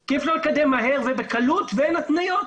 כי אפשר לקדם מהר ובקלות ואין התניות.